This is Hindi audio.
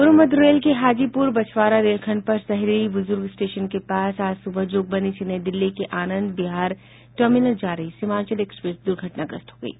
पूर्व मध्य रेल के हाजीपुर बछवारा रेलखंड पर सहदेई बुजुर्ग स्टेशन के पास आज सुबह जोगबनी से नई दिल्ली के आनंद विहार टर्मिनल जा रही सीमांचल एक्सप्रेस दुर्घटनाग्रस्त हो गयी